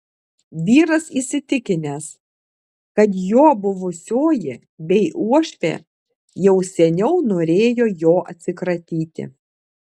vyras įsitikinęs kad jo buvusioji bei uošvė jau seniau norėjo jo atsikratyti